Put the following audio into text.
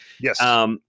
Yes